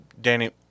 Danny